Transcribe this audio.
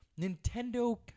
nintendo